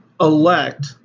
elect